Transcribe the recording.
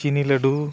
ᱪᱤᱱᱤ ᱞᱟᱹᱰᱩ